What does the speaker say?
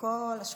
מכל השכונות.